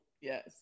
Yes